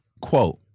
quote